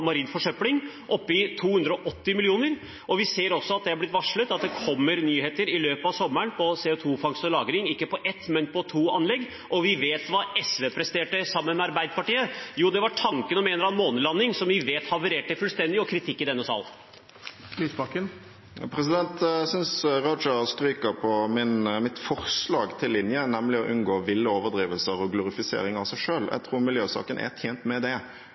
marin forsøpling, oppe i 280 mill. kr. Vi ser også at det har også blitt varslet at det i løpet av sommeren kommer nyheter innen CO 2 -fangst og -lagring, ikke på ett, men på to anlegg. Og vi vet hva SV presterte sammen med Arbeiderpartiet: Det var tanken om en eller annen månelanding, som vi vet havarerte fullstendig – og kritikk i denne sal. Jeg synes Raja stryker på mitt forslag til linje, nemlig å unngå ville overdrivelser og glorifisering av seg selv. Jeg tror miljøsaken er tjent med det.